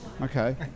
Okay